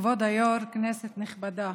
כבוד היו"ר, כנסת נכבדה,